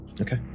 Okay